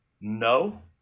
no